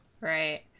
right